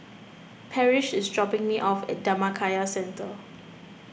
Parrish is dropping me off at Dhammakaya Centre